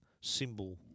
symbol